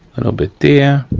little bit there.